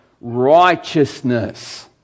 Righteousness